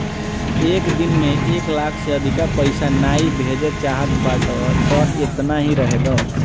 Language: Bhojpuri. एक दिन में एक लाख से अधिका पईसा नाइ भेजे चाहत बाटअ तअ एतना ही रहे दअ